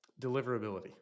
Deliverability